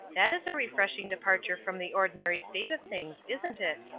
that is a refreshing departure from the ordinary state of things, isn't it?